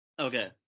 Okay